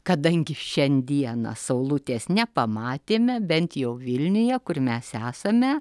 kadangi šiandieną saulutės nepamatėme bent jau vilniuje kur mes esame